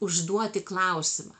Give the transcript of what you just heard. užduoti klausimą